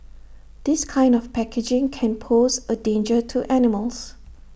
this kind of packaging can pose A danger to animals